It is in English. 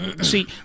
See